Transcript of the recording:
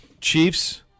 Chiefs